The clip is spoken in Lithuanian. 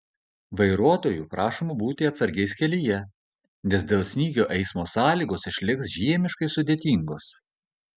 vairuotojų prašoma būti atsargiais kelyje nes dėl snygio eismo sąlygos išliks žiemiškai sudėtingos